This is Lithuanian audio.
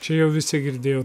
čia jau visi girdėjo